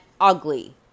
ugly